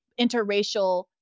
interracial